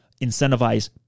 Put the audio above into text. incentivize